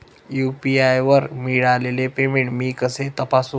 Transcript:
UPI वर मिळालेले payment मी कसे तपासू?